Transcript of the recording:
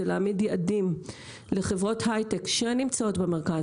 להעמיד יעדים לחברות היי-טק שנמצאות במרכז,